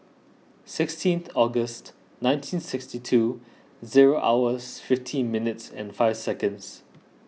sixteen August nineteen sixty two zero hours fifteen minutes and five seconds